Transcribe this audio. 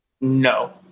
No